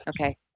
Okay